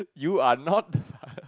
you are not the father